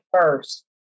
first